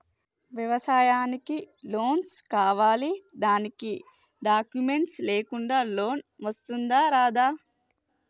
వ్యవసాయానికి లోన్స్ కావాలి దానికి డాక్యుమెంట్స్ లేకుండా లోన్ వస్తుందా రాదా?